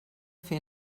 fer